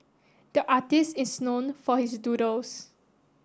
the artist is known for his doodles